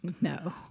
No